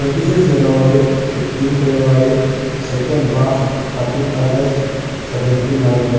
twenty six January fifteen February second March thirteen August seventeen November